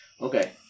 Okay